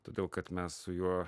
todėl kad mes su juo